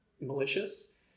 malicious